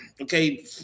okay